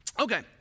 Okay